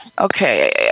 okay